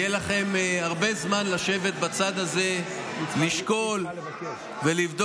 יהיה לכם הרבה זמן לשבת בצד הזה, לשקול ולבדוק.